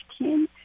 15